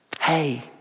Hey